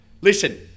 Listen